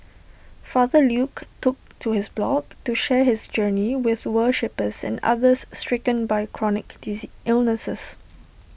father Luke took to his blog to share his journey with worshippers and others stricken by chronic illnesses